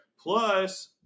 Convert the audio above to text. Plus